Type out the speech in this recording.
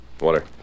Water